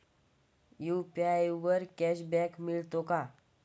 UPI वर cashback मिळतो का?